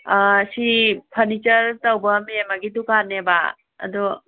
ꯁꯤ ꯐꯔꯅꯤꯆꯔ ꯇꯧꯕ ꯃꯦꯃꯒꯤ ꯗꯨꯀꯥꯟꯅꯦꯕ ꯑꯗꯣ